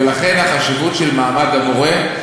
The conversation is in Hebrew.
ולכן החשיבות של מעמד המורה,